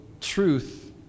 truth